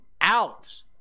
out